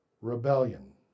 Rebellion